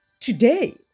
today